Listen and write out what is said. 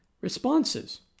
responses